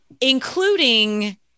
including